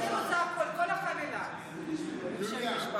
אז אני רוצה הכול, את כל החבילה של המשפחה.